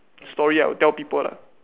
story I would tell people lah